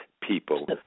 people